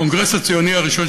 הקונגרס הציוני הראשון,